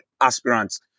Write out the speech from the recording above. aspirants